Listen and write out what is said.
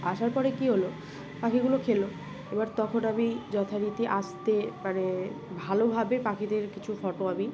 আসার পরে কী হলো পাখিগুলো খেলো এবার তখন আমি যথারীতি আসতে মানে ভালোভাবে পাখিদের কিছু ফটো আমি